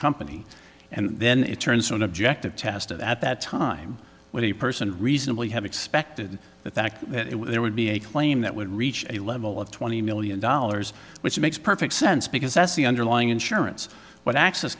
company and then it turns to an objective test at that time where the person reasonably have expected that fact that it was there would be a claim that would reach a level of twenty million dollars which makes perfect sense because that's the underlying insurance what access